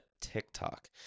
TikTok